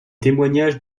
témoignage